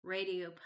Radio